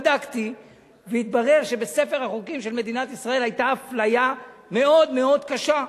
בדקתי והתברר שבספר החוקים של מדינת ישראל היתה אפליה מאוד מאוד קשה: